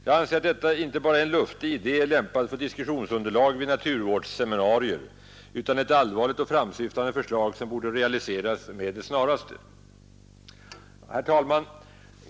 Jag anser att detta icke bara är en luftig idé, lämpad som diskussionsunderlag vid naturvårdsseminarier, utan ett allvarligt och framåtsyftande förslag som borde realiseras med det snaraste.